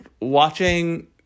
watching